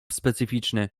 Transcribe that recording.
specyficzny